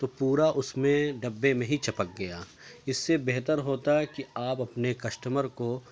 تو پورا اس میں ڈبے میں ہی چپک گیا اس سے بہتر ہوتا کہ آپ اپنے کسٹمر کو